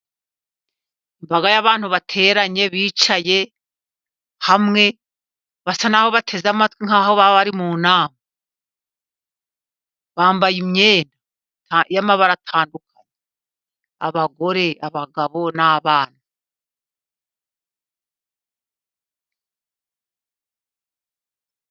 Imbaga y'abantu bateranye bicaye hamwe, basa naho bateze amatwi, nkaho bari mu nama. Bambaye imyenda y'amabara atandukanye, abagore, abagabo, n'abana.